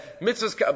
mitzvah's